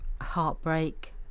heartbreak